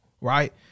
right